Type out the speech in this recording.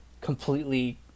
completely